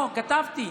לא, כתבתי.